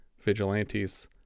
Vigilantes